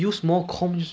cause I